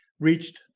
Reached